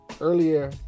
earlier